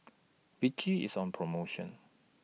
Vichy IS on promotion